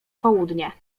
południe